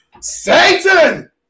Satan